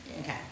okay